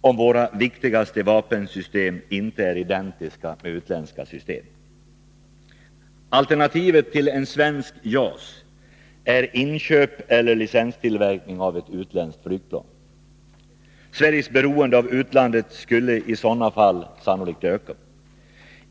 om våra viktigaste vapensystem inte är identiska med utländska system. Alternativet till ett svenskt JAS-flygplan är inköp eller licenstillverkning av ett utländskt flygplan. Sveriges beroende av utlandet skulle i sådana fall sannolikt öka.